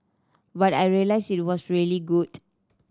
but I realised it was really good